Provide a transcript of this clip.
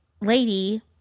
lady